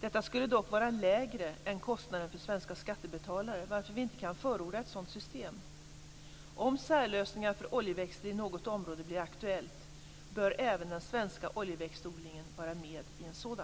Detta skulle dock vara lägre än kostnaden för svenska skattebetalare varför vi inte kan förorda ett sådant system. Om särlösningar för oljeväxter i något område blir aktuellt bör även den svenska oljeväxtodlingen vara med i en sådan.